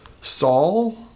Saul